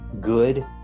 good